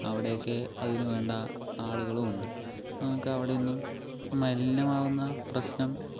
അവിടെയൊക്കെ അതിനുവേണ്ട ആളുകളും ഉണ്ട് നമുക്കവിടെയൊന്നും മലിനമാകുന്ന പ്രശ്നം